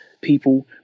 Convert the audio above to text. people